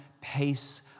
pace